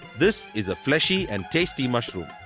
this is a eshy and tasty mushroom,